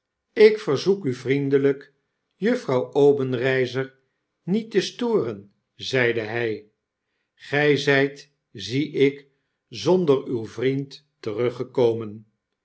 ik verzoek u vriendelyk juffrouw obenreizer niet te storen zeide hij gy zyt zie ik zonder uw vriend teruggekomen